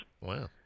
wow